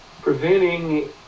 preventing